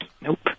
Nope